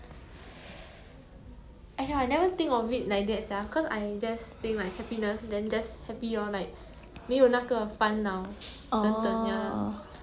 orh